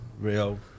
Rio